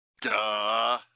Duh